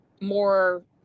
more